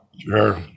Sure